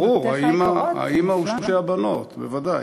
ברור, האימא ושתי הבנות, בוודאי,